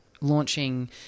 launching